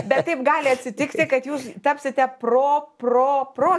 bet taip gali atsitikti kad jūs tapsite pro pro pro